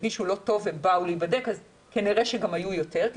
שהרגישו לא טוב ובאו להיבדק אז כנראה היו יותר כי